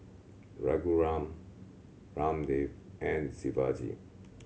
Raghuram Ramdev and Shivaji